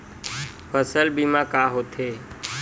फसल बीमा का होथे?